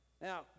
Now